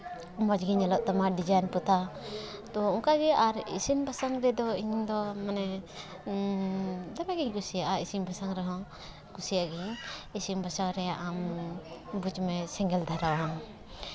ᱢᱚᱡᱽ ᱜᱮ ᱧᱮᱞᱚᱜ ᱛᱟᱢᱟ ᱰᱤᱡᱟᱭᱤᱱ ᱯᱚᱛᱟᱣ ᱛᱳ ᱚᱱᱠᱟᱜᱮ ᱟᱨ ᱤᱥᱤᱱ ᱵᱟᱥᱟᱝ ᱨᱮᱫᱚ ᱤᱧ ᱫᱚ ᱢᱟᱱᱮ ᱫᱚᱢᱮ ᱜᱮᱧ ᱠᱩᱥᱤᱭᱟᱜᱼᱟ ᱤᱥᱤᱱ ᱵᱟᱥᱟᱝ ᱨᱮᱦᱚᱸ ᱠᱩᱥᱤᱭᱟᱜ ᱜᱮᱭᱟᱹᱧ ᱤᱥᱤᱱ ᱵᱟᱥᱟᱝ ᱨᱮ ᱟᱢ ᱵᱩᱡᱽ ᱢᱮ ᱥᱮᱸᱜᱮᱞ ᱫᱷᱚᱨᱟᱣ ᱟᱢ